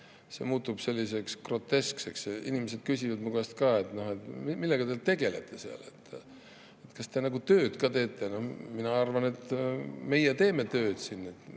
see muutub groteskseks. Inimesed küsivad minu käest ka, et millega te tegelete seal, kas te tööd ka teete. Mina arvan, et meie teeme tööd siin,